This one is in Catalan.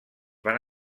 van